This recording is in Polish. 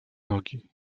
nogi